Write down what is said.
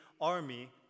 army